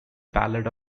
ballad